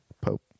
Pope